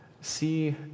see